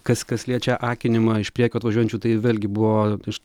kas kas liečia akinimą iš priekio atvažiuojančių tai vėlgi buvo iš